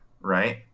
right